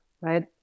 right